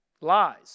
lies